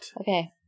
Okay